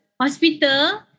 hospital